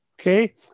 Okay